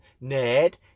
ned